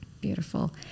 beautiful